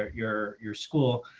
ah your, your school.